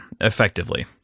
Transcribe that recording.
effectively